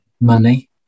money